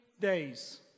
days